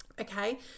Okay